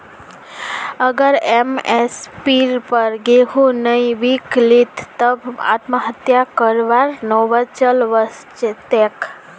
अगर एम.एस.पीर पर गेंहू नइ बीक लित तब आत्महत्या करवार नौबत चल वस तेक